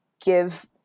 give